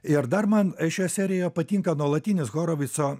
ir dar man šioje serijoje patinka nuolatinis horovico